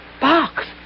Box